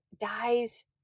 dies